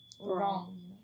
wrong